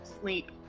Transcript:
sleep